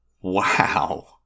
wow